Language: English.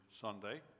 Sunday